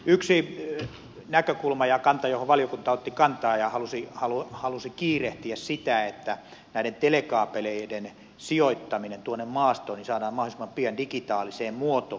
yksi näkökulma ja kanta johon valiokunta otti kantaa ja jota se halusi kiirehtiä oli se että näiden telekaapeleiden sijoittaminen tuonne maastoon saadaan mahdollisimman pian digitaaliseen muotoon